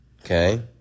okay